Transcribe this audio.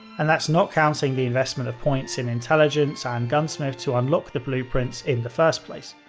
and that's not counting the investment of points in intelligence ah and gunsmith to unlock the blueprints in the first place.